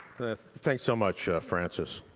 thanks so much, francis.